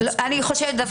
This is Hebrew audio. שמענו פה